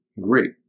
great